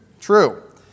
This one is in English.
True